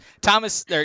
Thomas